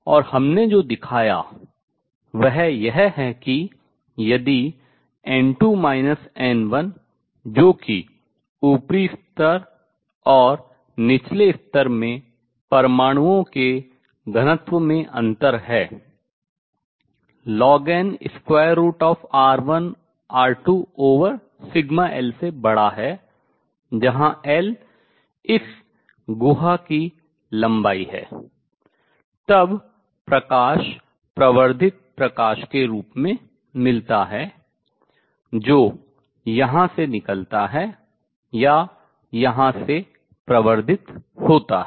और हमने जो दिखाया वह यह है कि यदि n2 n1 जो कि ऊपरी स्तर और निचले स्तर में परमाणुओं के घनत्व में अंतर है ln√σL से बड़ा है जहां L इस गुहा की लंबाई है तब प्रकाश प्रवर्धित प्रकाश के रूप में मिलता है जो यहाँ से निकलता है या यहाँ से प्रवर्धित होता है